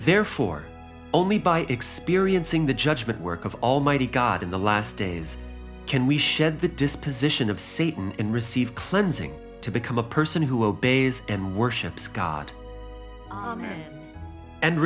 therefore only by experiencing the judgement work of almighty god in the last days can we shed the disposition of satan and receive cleansing to become a person who obeys and worships god